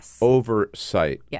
oversight